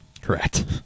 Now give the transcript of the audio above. Correct